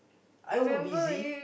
I were busy